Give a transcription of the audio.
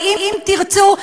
ב"אם תרצו",